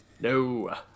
No